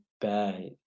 bad